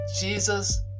Jesus